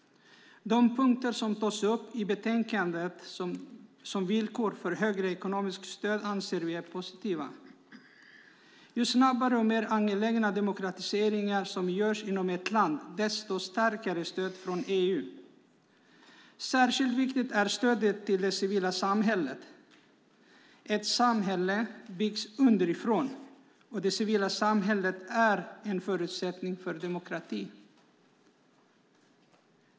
De punkter som tas upp i utlåtandet som villkor för högre ekonomiskt stöd anser vi är positiva. Ju snabbare och mer angelägna demokratisatsningar som görs inom ett land desto starkare stöd från EU. Särskilt viktigt är stödet till det civila samhället. Ett samhälle byggs underifrån, och det civila samhället är en förutsättning för demokrati.